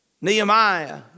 Nehemiah